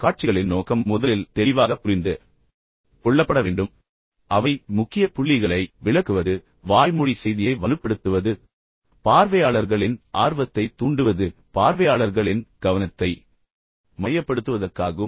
எனவே காட்சிகளின் நோக்கம் முதலில் தெளிவாக புரிந்து கொள்ளப்பட வேண்டும் என்று நான் பரிந்துரைத்தேன் அவை முக்கிய புள்ளிகளை விளக்குவது வாய்மொழி செய்தியை வலுப்படுத்துவது பார்வையாளர்களின் ஆர்வத்தைத் தூண்டுவது மற்றும் பார்வையாளர்களின் கவனத்தை மையப்படுத்துவதற்காகும்